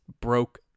broke